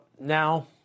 now